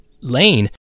lane